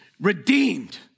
Redeemed